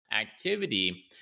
activity